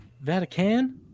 Vatican